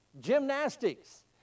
gymnastics